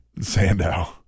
Sandow